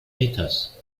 methods